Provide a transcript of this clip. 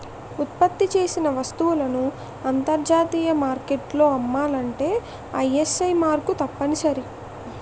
ఉత్పత్తి చేసిన వస్తువులను అంతర్జాతీయ మార్కెట్లో అమ్మాలంటే ఐఎస్ఐ మార్కు తప్పనిసరి